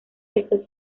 esto